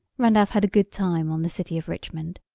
randolph had a good time on the city of richmond.